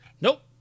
Nope